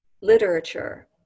literature